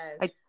Yes